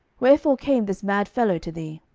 wherefore came this mad fellow to thee?